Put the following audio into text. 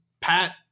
pat